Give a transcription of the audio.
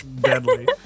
deadly